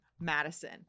Madison